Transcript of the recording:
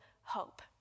hope